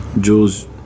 Jules